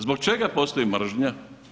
Zbog čega postoji mržnja?